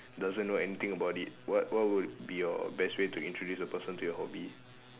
doesn't know anything about it what what would be your best way to introduce the person to your hobby